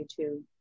YouTube